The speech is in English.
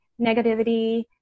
negativity